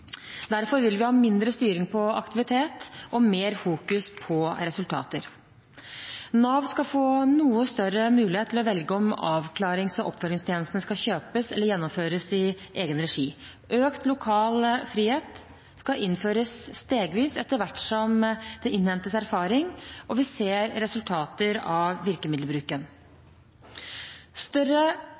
Derfor vil vi ha mindre styring av aktivitet og mer fokus på resultater. Nav skal få noe større mulighet til å velge om avklarings- og oppfølgingstjenestene skal kjøpes eller gjennomføres i egen regi. Økt lokal frihet skal innføres stegvis, etter hvert som det innhentes erfaring og vi ser resultater av virkemiddelbruken. Større